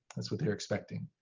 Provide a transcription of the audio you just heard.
that's what they're expecting.